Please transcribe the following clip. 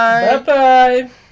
Bye-bye